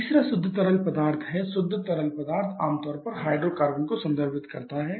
तीसरा शुद्ध तरल पदार्थ है शुद्ध तरल पदार्थ आमतौर पर हाइड्रोकार्बन को संदर्भित करता है